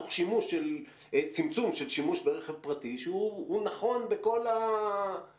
תוך צמצום של שימוש ברכב פרטי שהוא נכון בכל המובנים.